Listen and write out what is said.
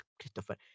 Christopher